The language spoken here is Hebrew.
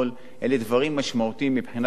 אלה דברים משמעותיים מבחינה כלכלית,